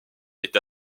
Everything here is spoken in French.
est